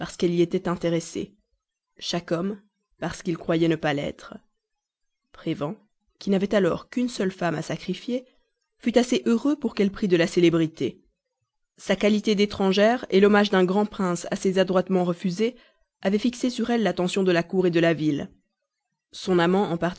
qu'elle y était intéressée chaque homme parce qu'il croyait ne pas l'être prévan qui n'avait alors qu'une seule femme à sacrifier fut assez heureux pour qu'elle prît de la célébrité sa qualité d'étrangère l'hommage d'un grand prince assez adroitement refusé avaient fixé sur elle l'attention de la cour de la ville son amant